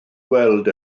weld